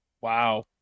Wow